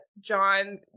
John